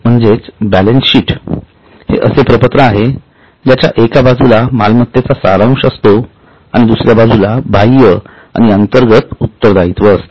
म्हणजेच बॅलन्सशीट हेअसे प्रपत्र आहे ज्याच्या एका बाजूला मालमत्तेचा सारांश असतो आणि दुसर्या बाजूला बाह्य आणि अंतर्गत उत्तरदायित्व असते